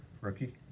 rookie